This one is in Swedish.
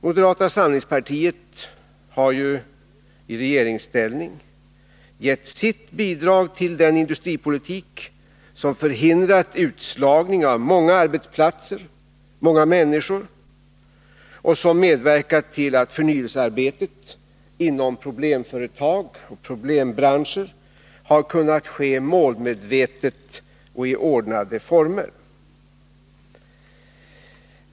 Moderata samlingspartiet har ju i regeringsställning gett sitt bidrag till den industripolitik som förhindrat utslagning av många arbetsplatser och många människor och som medverkat till att förnyelsearbetet inom problemföretag och problembranscher har kunnat ske målmedvetet och i ordnade former.